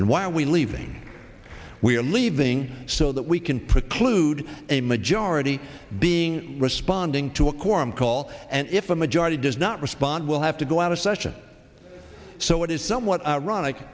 and why are we leaving we're leaving so that we can put clued a majority being responding to a quorum call and if a majority does not respond we'll have to go out of session so it is somewhat ironic